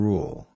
Rule